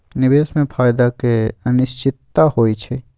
निवेश में फायदा के अनिश्चितता होइ छइ